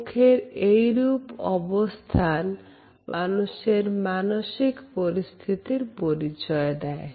মুখের এই রূপ অবস্থান মানুষের মানসিক পরিস্থিতির পরিচয় দেয়